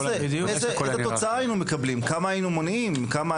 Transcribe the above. כמה היינו מונעים.